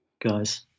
guys